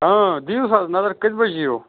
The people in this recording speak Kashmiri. دیٖہوٗس حظ نظر کٔژِ بَجہِ یِیِو